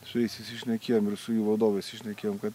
su jais įsišnekėjom ir su jų vadovais įsišnekėjom kad